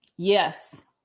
Yes